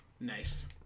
Nice